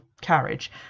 carriage